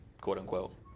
quote-unquote